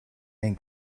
den